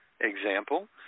example